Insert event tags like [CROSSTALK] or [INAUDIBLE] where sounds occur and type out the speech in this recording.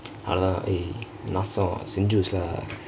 அதான்:athaan eh நாசம்:naasam [NOISE]